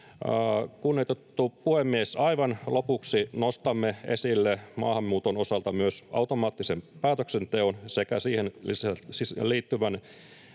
Kunnioitettu puhemies! Aivan lopuksi nostamme esille maahanmuuton osalta myös automaattisen päätöksenteon sekä siihen liittyvän